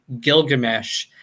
Gilgamesh